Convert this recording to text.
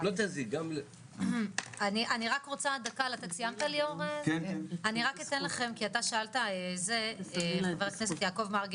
אני רק אתן לכם, כי אתה שאלת, ח"כ יעקב מרגי,